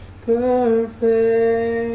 perfect